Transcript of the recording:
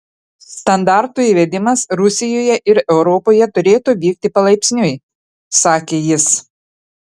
standartų įvedimas rusijoje ir europoje turėtų vykti palaipsniui sakė jis